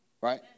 Right